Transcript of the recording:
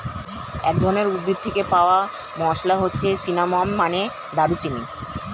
এক ধরনের উদ্ভিদ থেকে পাওয়া মসলা হচ্ছে সিনামন, মানে দারুচিনি